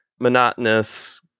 monotonous